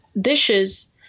dishes